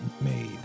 made